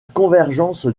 convergence